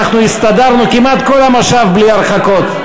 אנחנו הסתדרנו כמעט כל המושב בלי הרחקות.